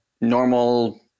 normal